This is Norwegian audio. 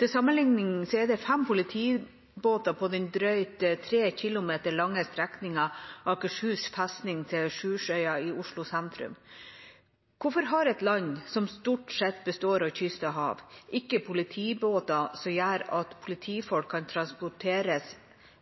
Til sammenlikning er det fem politibåter på den drøyt 3 kilometer lange strekningen Akershus festning til Sjursøya i Oslo sentrum. Hvorfor har et land som stort sett består av kyst og hav, ikke politibåter som gjør at politifolk kan transporteres